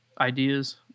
ideas